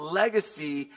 legacy